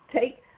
take